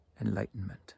enlightenment